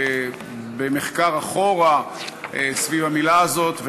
במחקר אחורה סביב המילה הזאת,